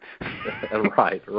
Right